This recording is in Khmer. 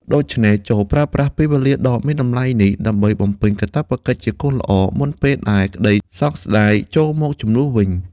ដូច្នេះ ចូរប្រើប្រាស់ពេលវេលាដ៏មានតម្លៃនេះ ដើម្បីបំពេញកាតព្វកិច្ចជាកូនល្អ មុនពេលដែលក្តីសោកស្តាយចូលមកជំនួសវិញ។